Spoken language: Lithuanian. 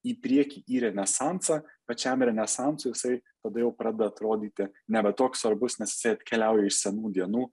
į priekį į renesansą pačiam renesansui jisai tada jau pradeda atrodyti nebe toks svarbus nes jisai atkeliauja iš senų dienų